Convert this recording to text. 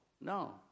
No